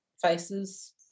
faces